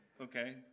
Okay